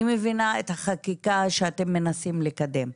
אני מבינה את החקיקה שאתם מנסים לקדם,